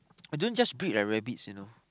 I don't just breed rabbits you know